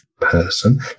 person